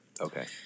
Okay